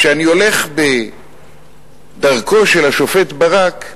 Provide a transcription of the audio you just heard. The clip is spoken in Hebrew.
כשאני הולך בדרכו של השופט ברק,